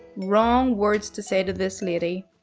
wrong words to say to this lady.